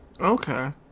Okay